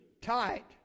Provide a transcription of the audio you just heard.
tight